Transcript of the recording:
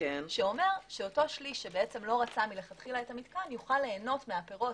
שאומר שאותו שליש שלא רצה מלכתחילה את המתקן יוכל ליהנות מהפירות